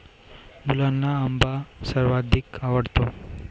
मुलांना आंबा सर्वाधिक आवडतो